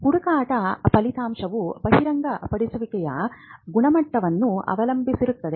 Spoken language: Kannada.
ಹುಡುಕಾಟ ಫಲಿತಾಂಶವು ಬಹಿರಂಗಪಡಿಸುವಿಕೆಯ ಗುಣಮಟ್ಟವನ್ನು ಅವಲಂಬಿಸಿರುತ್ತದೆ